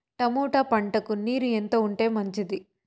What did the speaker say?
Tomato పంటకు నీరు ఎంత ఉంటే మంచిది?